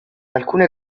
alcune